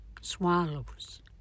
swallows